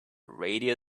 radio